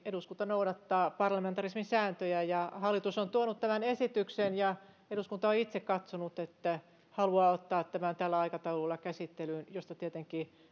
eduskunta noudattaa tietenkin parlamentarismin sääntöjä hallitus on tuonut tämän esityksen ja eduskunta on itse katsonut että haluaa ottaa tämän tällä aikataululla käsittelyyn mistä tietenkin